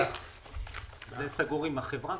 זה סגור עם החברה?